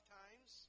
times